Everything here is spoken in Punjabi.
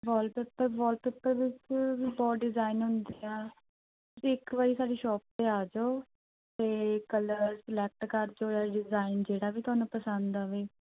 ਵੋਲਪੈਪਰ ਵੋਲਪੈਪਰ ਵਿੱਚ ਵੀ ਬਹੁਤ ਡਿਜਾਇਨ ਹੁੰਦੇ ਆ ਤੁਸੀਂ ਇੱਕ ਵਾਰੀ ਸਾਡੀ ਸ਼ੋਪ 'ਤੇ ਆ ਜਾਉ ਅਤੇ ਕਲਰ ਸਲੈਕਟ ਕਰ ਜਾਉ ਜਾਂ ਡਿਜਾਇਨ ਜਿਹੜਾ ਵੀ ਤੁਹਾਨੂੰ ਪਸੰਦ ਆਵੇ